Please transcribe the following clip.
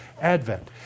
Advent